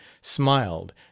smiled